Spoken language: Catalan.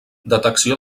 detecció